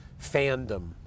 fandom